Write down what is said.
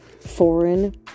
foreign